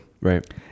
right